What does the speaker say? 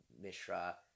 mishra